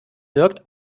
wirkt